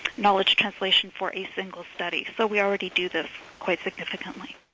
knowledge translation for a single study. so we already do this quite significantly.